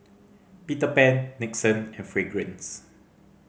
Peter Pan Nixon and Fragrance